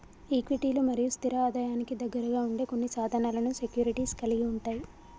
ఈక్విటీలు మరియు స్థిర ఆదాయానికి దగ్గరగా ఉండే కొన్ని సాధనాలను సెక్యూరిటీస్ కలిగి ఉంటయ్